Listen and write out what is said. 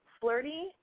flirty